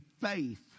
faith